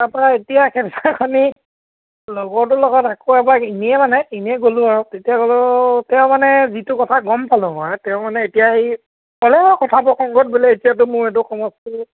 তাৰ পৰা এতিয়া সেইদিনাখনি লগৰটোৰ লগত আকৌ এবাৰ এনেইে মানে এনেই গ'লোঁ আউ তেতিয়া ক'লো তেওঁ মানে যিটো কথা গম পালোঁ মই তেওঁ মানে এতিয়া এই ক'লে কথাটো প্ৰসংগত বোলে এতিয়াতো মোৰ এইটো সমষ্টি